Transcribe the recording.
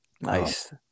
Nice